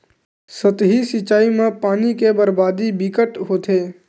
सतही सिचई म पानी के बरबादी बिकट होथे